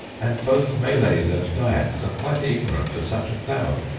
and both malays and dyaks are quite ignorant of such a flower!